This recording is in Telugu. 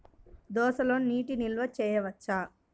దోసలో నీటి నిల్వ చేయవచ్చా?